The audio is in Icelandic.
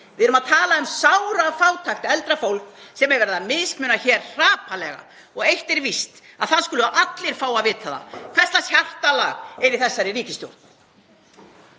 Við erum að tala um sárafátækt, eldra fólk sem er verið að mismuna hér hrapallega og eitt er víst að það skulu allir fá að vita það hvers lags hjartalag er í þessari ríkisstjórn.